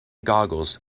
goggles